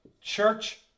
church